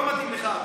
לא מתאים לך.